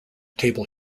table